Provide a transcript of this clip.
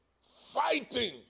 fighting